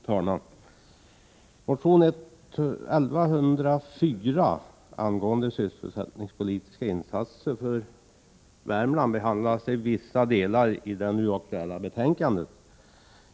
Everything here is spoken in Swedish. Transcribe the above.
Fru talman! Motion 1104 angående sysselsättningspolitiska insatser för Värmland behandlas till vissa delar i det nu aktuella betänkandet.